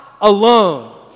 alone